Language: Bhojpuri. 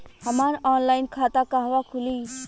हमार ऑनलाइन खाता कहवा खुली?